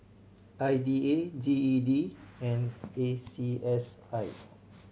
I D A G E D and A C S I